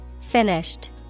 Finished